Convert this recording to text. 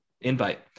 invite